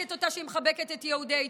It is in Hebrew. שמשחקת אותה שהיא מחבקת את יהודי אתיופיה,